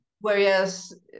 Whereas